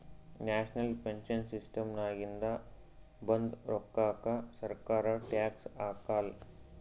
national pension ಸಿಸ್ಟಮ್ನಾಗಿಂದ ಬಂದ್ ರೋಕ್ಕಾಕ ಸರ್ಕಾರ ಟ್ಯಾಕ್ಸ್ ಹಾಕಾಲ್